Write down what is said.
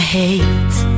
hate